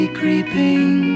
creeping